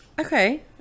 Okay